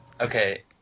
Okay